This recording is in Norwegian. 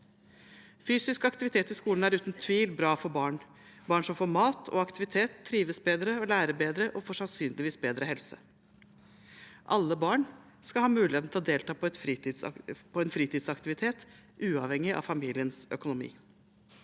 Fysisk aktivitet i skolen er uten tvil bra for barn – barn som får mat og aktivitet trives bedre og lærer bedre, og de får sannsynligvis bedre helse. Alle barn skal ha muligheten til å delta på en fritidsaktivitet, uavhengig av familiens økonomi.